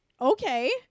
Okay